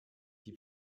die